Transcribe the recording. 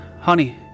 Honey